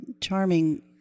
charming